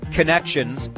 connections